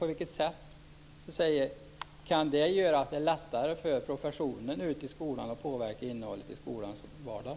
På vilket sätt kan det göra det lättare för professionen ute i skolan att påverka innehållet i skolans vardag?